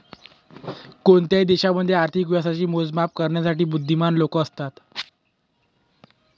कोणत्याही देशामध्ये आर्थिक विकासाच मोजमाप करण्यासाठी बुध्दीमान लोक असतात